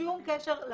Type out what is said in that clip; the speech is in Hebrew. שום קשר לחלוטין.